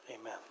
Amen